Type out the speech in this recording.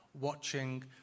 watching